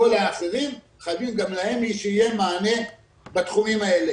כל האחרים חייבים גם להם שיהיה מענה בתחומים האלה.